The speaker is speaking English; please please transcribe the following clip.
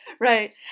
Right